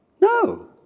No